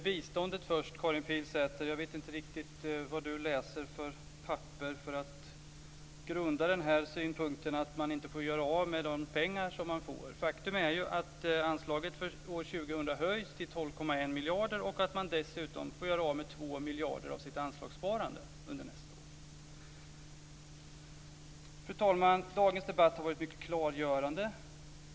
Fru talman! Jag vill först ta upp biståndet, Karin Pilsäter. Jag vet inte riktigt vilket papper som Karin Pilsäter har läst för att grunda synpunkten att man inte får göra av med de pengar som man får. Faktum är ju att anslaget för år 2000 höjs till 12,1 miljarder kronor och att man dessutom får göra av med 2 miljarder kronor av sitt anslagssparande under nästa år. Fru talman! Dagens debatt har varit mycket klargörande.